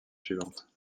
suivante